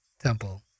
temple